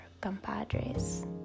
compadres